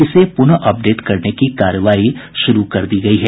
इसे पुनः अपडेट करने की कार्रवाई शुरू कर दी गयी है